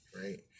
right